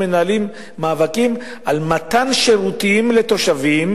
מנהלות מאבקים על מתן שירותים לתושבים.